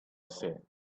said